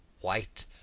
white